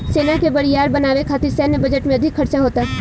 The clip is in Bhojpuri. सेना के बरियार बनावे खातिर सैन्य बजट में अधिक खर्चा होता